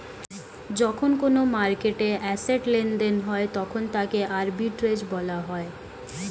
যখন কোনো মার্কেটে অ্যাসেট্ লেনদেন হয় তখন তাকে আর্বিট্রেজ বলা হয়